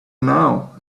now